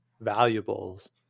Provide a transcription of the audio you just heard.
valuables